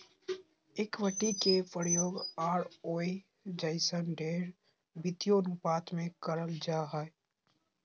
equity के उपयोग ROE जइसन ढेर वित्तीय अनुपात मे करल जा हय